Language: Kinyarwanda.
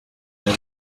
live